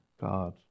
God